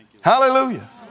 Hallelujah